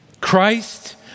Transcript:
Christ